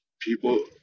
people